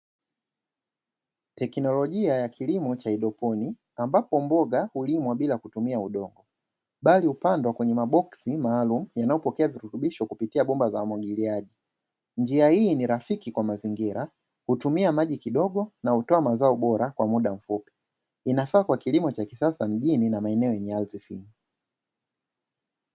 Teknolijia ya kilimo cha haidroponi ambapo mboga hulimwa bila kutumia udongo, bali hupandwa kwenye maboksi maalumu yanayopokea virutubisho kupitia bomba za umwagiliaji. Njia hii ni rafiki kwa mazingira, hutumia maji kidogo na hutoa mazao bora kwa muda mfupi. Inafaa kwa kilimo cha kisasa mjini na maeneo yenye ardhi finyu.